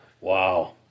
Wow